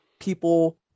people